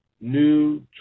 new